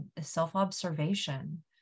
self-observation